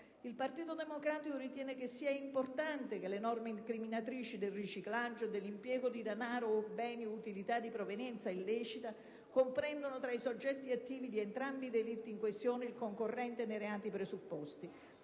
Il Partito Democratico ritiene che sia importante che le norme incriminatrici del riciclaggio e dell'impiego di denaro, o beni o utilità di provenienza illecita, comprendano tra i soggetti attivi di entrambi i delitti in questione il concorrente nei reati presupposti,